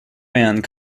band